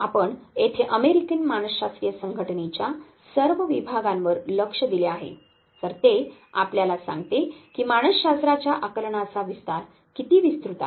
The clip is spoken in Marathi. आपण येथे अमेरिकन मानसशास्त्रीय संघटनेच्या सर्व विभागांवर लक्ष दिले आहे तर ते आपल्याला सांगते की मानसशास्त्राच्या आकलनाचा विस्तार किती विस्तृत आहे